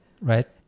Right